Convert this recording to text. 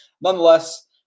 nonetheless